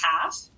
half